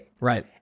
Right